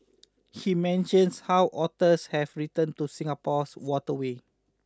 he mentions how otters have returned to Singapore's waterways